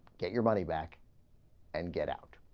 get your money back and get out